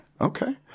Okay